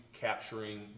capturing